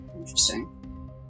interesting